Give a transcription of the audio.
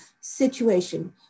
situation